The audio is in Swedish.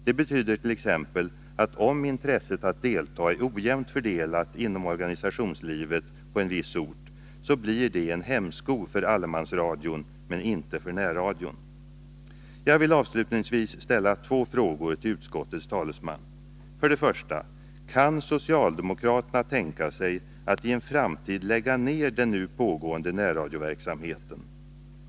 Det betyder t.ex. att om intresset att deltaga är ojämnt fördelat inom organisationslivet på en viss ort blir det en hämsko för allemansradion, men inte för närradion. Jag vill avslutningsvis ställa två frågor till utskottets talesman. För det första: Kan socialdemokraterna tänka sig att i en framtid lägga ner den nu pågående närradioverksamheten?